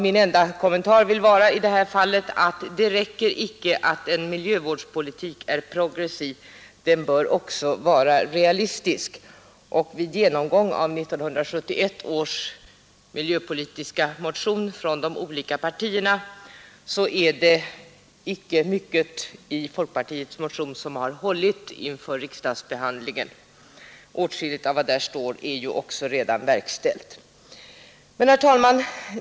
Min enda kommentar i det här fallet är att det räcker icke att en miljövårdspolitik är progressiv; den bör också vara realistisk. Vid genomgång av 1971 års miljöpolitiska motioner från de olika partierna finner man icke mycket i folkpartiets motion som har hållit inför riksdagsbehandlingen. Åtskilligt av vad som där står är ju också redan verkställt. Herr talman!